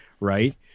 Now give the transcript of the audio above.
Right